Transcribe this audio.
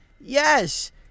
Yes